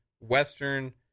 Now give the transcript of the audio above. Western